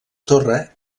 torre